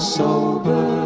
sober